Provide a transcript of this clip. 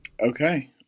okay